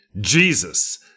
Jesus